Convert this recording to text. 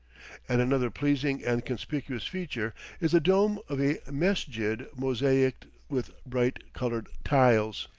and another pleasing and conspicuous feature is the dome of a mesjid mosaicked with bright-colored tiles.